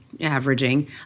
averaging